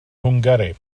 hwngari